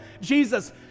Jesus